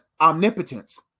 omnipotence